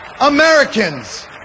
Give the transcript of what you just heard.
americans